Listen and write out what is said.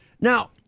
Now